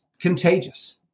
contagious